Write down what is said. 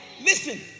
listen